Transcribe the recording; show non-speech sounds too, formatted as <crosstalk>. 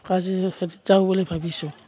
<unintelligible> হেৰিত যাওঁ বুলি ভাবিছোঁ